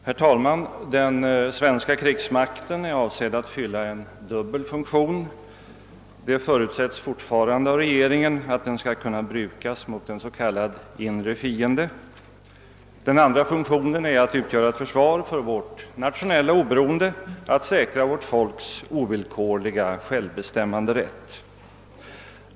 Herr talman! Den svenska krigsmakten är avsedd att fylla en dubbel funktion. Det förutsätts fortfarande av regeringen att den skall kunna brukas mot en s.k. inre fiende. Den andra funktionen är att utgöra försvar för vårt nationella oberoende, att säkra vårt folks ovillkorliga självbestämmanderätt.